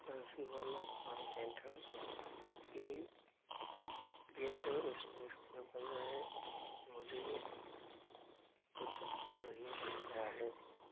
बंसीवाला पान पेठा के creative space के बजाय मुझे कुछ और ही मिल गया है